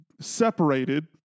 separated